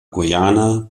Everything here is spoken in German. guyana